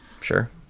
Sure